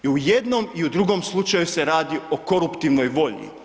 I u jednom i u drugom slučaju se radi o koruptivnoj volji.